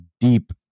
deep